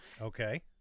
Okay